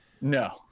No